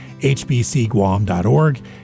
hbcguam.org